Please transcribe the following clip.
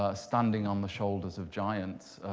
ah standing on the shoulders of giants,